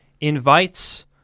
invites